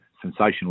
sensational